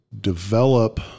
develop